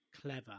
clever